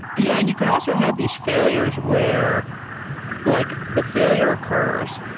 yeah. and you can also have these failures where like the failure occurs,